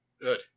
Good